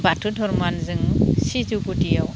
बाथौ धर्मआनो जों सिजौ गुदियाव